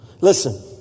listen